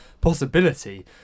possibility